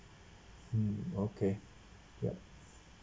mm okay yup